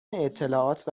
اطلاعات